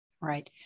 Right